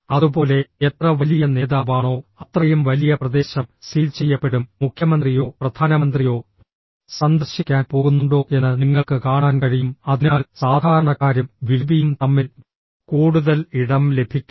അതുപോലെ എത്ര വലിയ നേതാവാണോ അത്രയും വലിയ പ്രദേശം സീൽ ചെയ്യപ്പെടും മുഖ്യമന്ത്രിയോ പ്രധാനമന്ത്രിയോ സന്ദർശിക്കാൻ പോകുന്നുണ്ടോ എന്ന് നിങ്ങൾക്ക് കാണാൻ കഴിയും അതിനാൽ സാധാരണക്കാരും വിഐപിയും തമ്മിൽ കൂടുതൽ ഇടം ലഭിക്കും